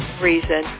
reason